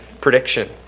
prediction